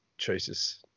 Choices